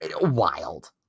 wild